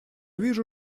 вижу